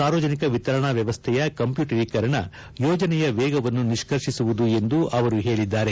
ಸಾರ್ವಜನಿಕ ವಿತರಣಾ ವ್ಯವಸ್ಥೆಯ ಕಂಪ್ಯೂಟರೀಕರಣ ಯೋಜನೆಯ ವೇಗವನ್ನು ನಿಷ್ಕರ್ಷಿಸುವುದು ಎಂದು ಅವರು ಹೇಳಿದ್ದಾರೆ